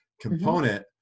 component